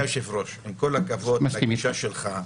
אדוני היושב-ראש, עם כל הכבוד לגישה שלך,